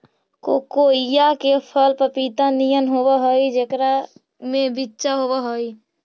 कोकोइआ के फल पपीता नियन होब हई जेकरा में बिच्चा होब हई